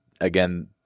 again